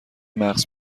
مغر